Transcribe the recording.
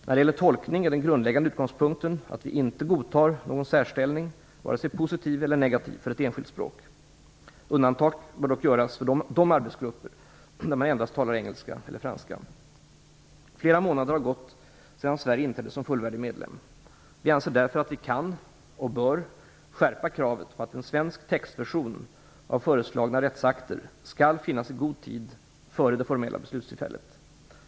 När det gäller tolkning är den grundläggande utgångspunkten att vi inte godtar någon särställning - varken positiv eller negativ - för ett enskilt språk. Undantag bör dock gälla för de arbetsgrupper där man endast talar engelska eller franska. Flera månader har gått sedan Sverige inträdde som fullvärdig medlem. Vi anser därför att vi kan - och bör - skärpa kravet på att en svensk textversion av föreslagna rättsakter skall finnas i god tid före det formella beslutstillfället.